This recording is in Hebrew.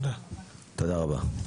תודה רבה.